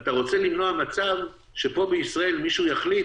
אתה רוצה למנוע מצב שפה בישראל מישהו יחליט